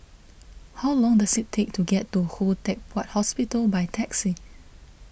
how long does it take to get to Khoo Teck Puat Hospital by taxi